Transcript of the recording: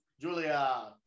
Julia